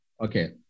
okay